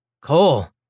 Cole